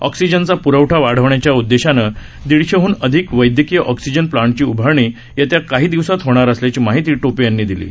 ऑक्सिजनचा प्रवठा वाढवण्याच्या उद्देशानं दीडशेहन अधिक वैद्यकीय ऑक्सीजन प्लांटची उभारणी येत्या काही दिवसात होणार असल्याची माहिती टोपे यांनी दिली आहे